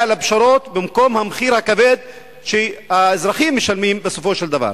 לפשרות במקום המחיר הכבד שהאזרחים משלמים בסופו של דבר?